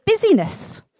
busyness